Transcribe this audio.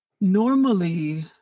Normally